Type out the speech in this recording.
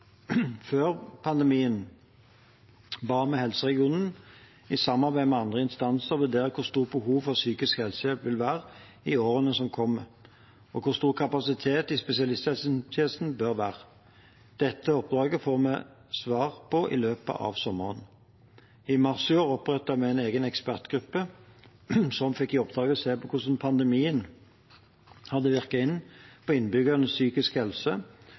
Før pandemien ba vi helseregionene i samarbeid med andre instanser vurdere hvor stort behovet for psykisk helsehjelp vil være i årene som kommer, og hvor stor kapasiteten i spesialisthelsetjenesten bør være. Dette oppdraget får vi får svar på i løpet av sommeren. I mars i år opprettet vi en egen ekspertgruppe som fikk i oppdrag å se på hvordan pandemien hadde virket inn på innbyggernes psykiske helse,